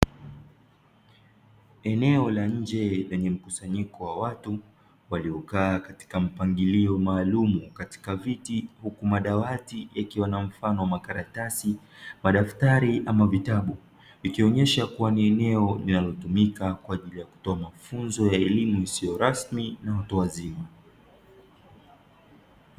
Eneo la nje lenye mkusanyiko wa watu waliokaa katika mpangilio maalumu katika viti, huku madawati yakiwa na mfano wa makaratasi, madaftari, ama vitabu; vikionyesha kuwa ni eneo linalotumika kwa ajili ya kutoa mafunzo ya elimu isiyo rasmi ya watu wazima.